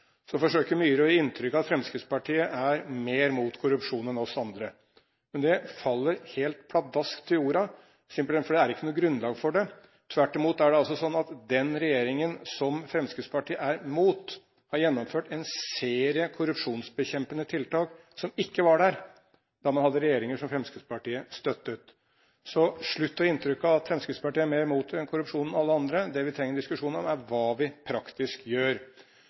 forsøker å gi inntrykk av at Fremskrittspartiet er mer imot korrupsjon enn oss andre. Men det faller helt pladask til jorda – simpelthen fordi det ikke er noe grunnlag for det. Tvert imot er det sånn at den regjeringen som Fremskrittspartiet er imot, har gjennomført en serie korrupsjonsbekjempende tiltak som ikke var der da man hadde regjeringer som Fremskrittspartiet støttet. Så man må slutte å gi inntrykk av at Fremskrittspartiet er mer imot korrupsjon enn alle andre. Det vi trenger diskusjon om, er hva vi praktisk gjør.